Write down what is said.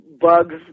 bugs